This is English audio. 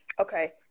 Okay